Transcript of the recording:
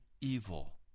evil